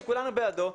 שכולנו בעדו,